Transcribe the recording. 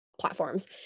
platforms